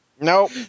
Nope